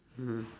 mm